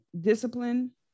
discipline